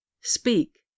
Speak